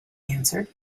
answered